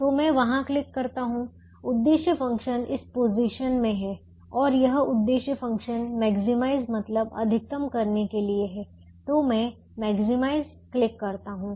तो मैं वहां क्लिक करता हूं उद्देश्य फ़ंक्शन इस पोजीशन में है और यह उद्देश्य फ़ंक्शन मैक्सिमाइज मतलब अधिकतम करने के लिए है तो मैं मैक्सिमाइज क्लिक करता हूं